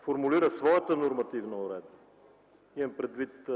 формулира своята нормативна уредба – имам предвид